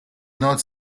not